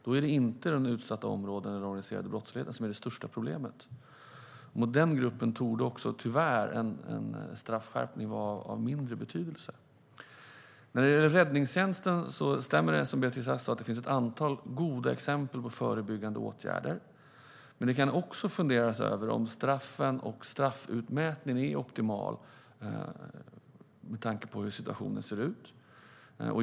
Det är inte de utsatta områdena eller den organiserade brottsligheten som är det största problemet. Mot den gruppen torde också, tyvärr, en straffskärpning vara av mindre betydelse. När det gäller räddningstjänsten finns det, som Beatrice Ask sa, ett antal goda exempel på förebyggande åtgärder. Man kan också fundera över om straffen och straffutmätningen är optimala med tanke på hur situationen ser ut.